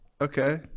Okay